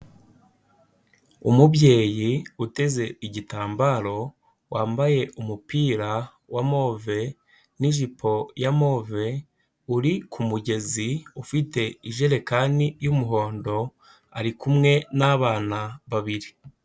Umubyeyi uteze igitambaro, wambaye umupira wa move, n'ijipo ya move, uri ku mugezi ufite ijerekani y'umuhondo, ari kumwe n'abana babiri.